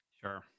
Sure